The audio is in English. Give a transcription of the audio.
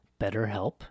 BetterHelp